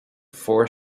four